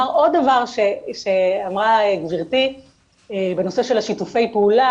אומר עוד דבר שאמרה גברתי בנושא של השיתופי פעולה,